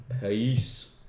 Peace